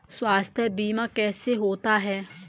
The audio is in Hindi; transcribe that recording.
स्वास्थ्य बीमा कैसे होता है?